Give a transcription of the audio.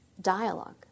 dialogue